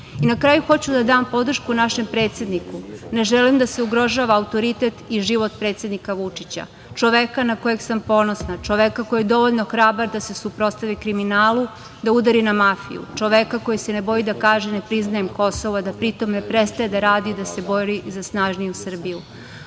SNS.Na kraju, hoću da dam podršku našem predsedniku. Ne želim da se ugrožava autoritet i život predsednika Vučića, čoveka na kojeg sam ponosna, čoveka koji je dovoljno hrabar da se suprotstavi kriminalu, da udari na mafiju, čoveka koji se ne boji da kaže – ne priznajem Kosovo i da pri tom ne prestaje da radi, da se bori za snažniju Srbiju. Laži,